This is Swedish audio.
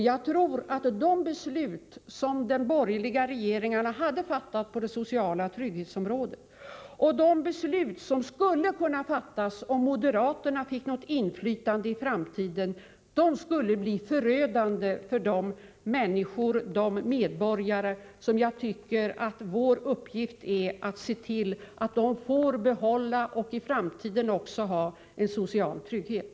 Jag tror att de beslut som de borgerliga regeringarna fattade på det sociala trygghetsområdet hade blivit förödande och att de beslut som skulle kunna fattas, om moderaterna får något inflytande i framtiden, skulle bli förödande för de människor, de medborgare som det är vår uppgift att värna om och se till att de också i framtiden får en social trygghet.